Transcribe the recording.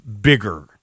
Bigger